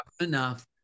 enough